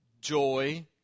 joy